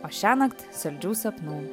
o šiąnakt saldžių sapnų